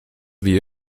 wie